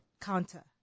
counter